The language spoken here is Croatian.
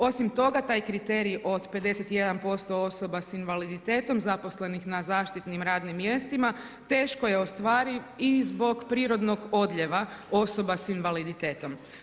Osim toga taj kriterij od 51% osoba sa invaliditetom zaposlenih na zaštitnim radnim mjestima teško je ostvariv i zbog prirodnog odlijeva osoba sa invaliditetom.